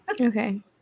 Okay